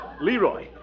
Leroy